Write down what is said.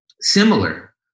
similar